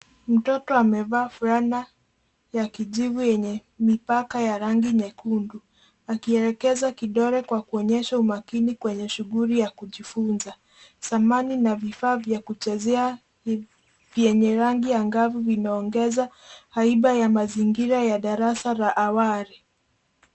Mtoto amevaa fulana ya kijivu yenye mipaka ya rangi nyekundu, akielekeza kidole kwa kuonyesha umakini kwenye shuguli ya kujifunza. Samani na vifaa vya kuchezea vyeye rangi angavu vinaongeza haiba ya mazingira ya darasa la awali.